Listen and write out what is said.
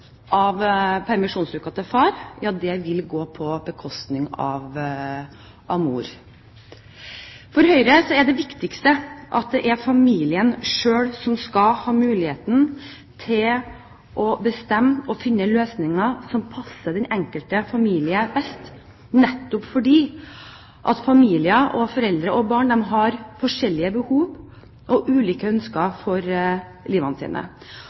av permisjonsuker til far vil gå på bekostning av mor. For Høyre er det viktigste at det er familien selv som skal ha muligheten til å bestemme og finne løsninger som passer den enkelte familie best, nettopp fordi familier og foreldre og barn har ulike behov og ulike ønsker for